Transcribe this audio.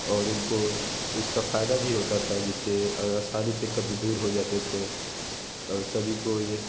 और उनको इसका फ़ायदा भी होता था जिससे असानी से कब्ज़ दूर हो जाते थे औ सभी को ये